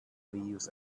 leaves